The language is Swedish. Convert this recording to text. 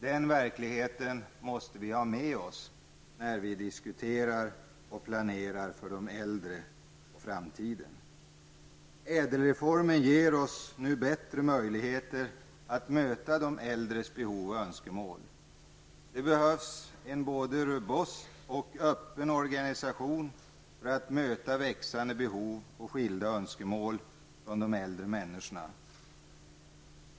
Den verkligheten måste vi ha med oss när vi diskuterar och planerar för de äldre i framtiden. ÄDEL-reformen ger oss nu bättre möjligheter att möta de äldres behov och önskemål. Det behövs en både robust och öppen organisation för att möta växande behov och skilda önskemål från de äldre människorna.